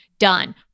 done